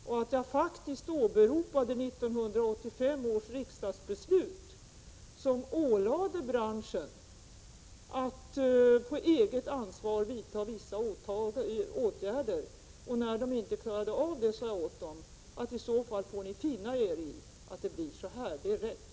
Jag åberopade faktiskt 1985 års riksdagsbeslut, i vilket branschen ålades att på eget ansvar vidta vissa åtgärder. När de inte klarade av det sade jag åt dem att de i så fall fick finna sig i att det blev på detta sätt — det är riktigt.